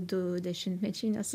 du dešimtmečiai nes